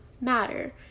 matter